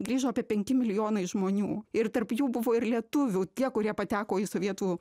grįžo apie penki milijonai žmonių ir tarp jų buvo ir lietuvių tie kurie pateko į sovietų